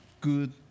good